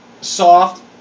soft